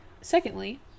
Secondly